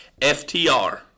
FTR